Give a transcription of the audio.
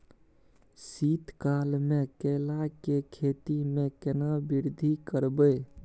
शीत काल मे केला के खेती में केना वृद्धि करबै?